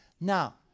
Now